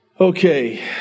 Okay